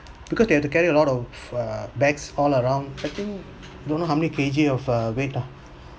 because they have to carry a lot of err bags all around I think don't how many K_G of uh weight lah